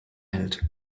hält